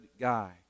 guy